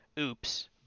Oops